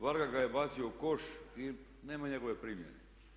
Varga ga je bacio u koš i nema njegove primjene.